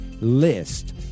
list